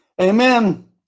Amen